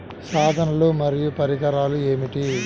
సాధనాలు మరియు పరికరాలు ఏమిటీ?